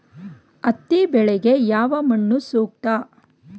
ಹತ್ತಿ ಬೆಳೆಗೆ ಯಾವ ಮಣ್ಣು ಸೂಕ್ತ?